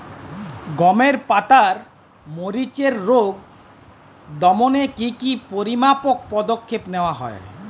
গমের পাতার মরিচের রোগ দমনে কি কি পরিমাপক পদক্ষেপ নেওয়া হয়?